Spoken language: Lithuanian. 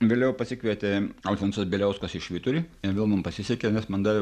vėliau pasikvietė alfonsas bieliauskas į švyturį ir vėl man pasisekė nes man davė